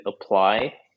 apply